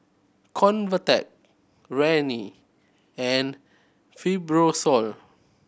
Convatec Rene and Fibrosol